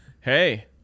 hey